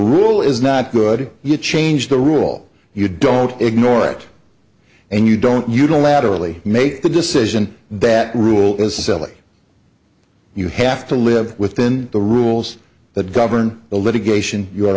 rule is not good if you change the rule you don't ignore it and you don't you don't laterally make the decision that rule is silly you have to live within the rules that govern the litigation you